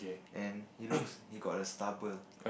and he looks he got a stubble